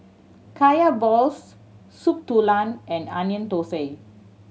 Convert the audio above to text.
Kaya balls Soup Tulang and Onion Thosai